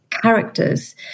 characters